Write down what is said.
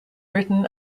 written